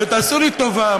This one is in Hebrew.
ותעשו לי טובה,